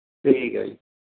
ਠੀਕ ਹੈ ਜੀ